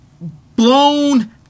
blown